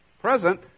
present